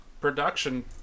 production